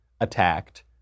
attacked